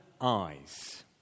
eyes